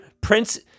Prince